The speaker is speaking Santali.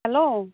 ᱦᱮᱞᱳ